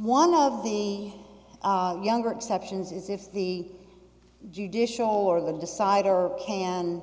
one of the younger exceptions is if the judicial or the decider can